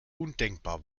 undenkbar